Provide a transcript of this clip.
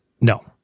No